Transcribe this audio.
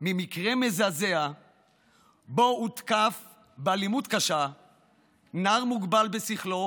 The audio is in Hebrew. של מקרה מזעזע שבו הותקף באלימות קשה נער מוגבל בשכלו